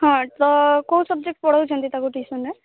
ହଁ ତ କେଉଁ ସବ୍ଜେକ୍ଟ୍ ପଢ଼ଉଛନ୍ତି ତାକୁ ଟିଉସନ୍ରେ